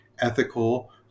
ethical